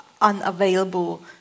unavailable